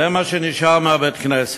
זה מה שנשאר מבית-הכנסת,